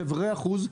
שברי אחוז.